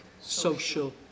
social